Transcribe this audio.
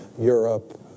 Europe